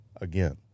again